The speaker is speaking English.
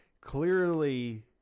clearly